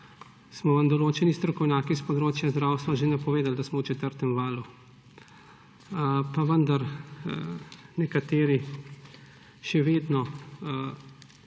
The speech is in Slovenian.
smo vam določeni strokovnjaki s področja zdravstva že napovedali, da smo v četrtem valu. Pa vendar nekateri še vedno